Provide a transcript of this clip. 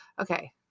okay